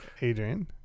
Adrian